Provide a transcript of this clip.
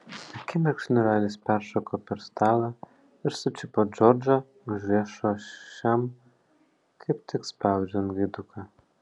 akimirksniu ralis peršoko per stalą ir sučiupo džordžą už riešo šiam kaip tik spaudžiant gaiduką